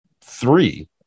three